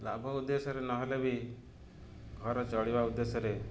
ଲାଭ ଉଦ୍ଦେଶ୍ୟରେ ନହେଲେ ବି ଘର ଚଳିବା ଉଦ୍ଦେଶ୍ୟରେ